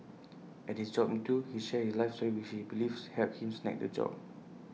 at his job interview he shared his life story which he believes helped him snag the job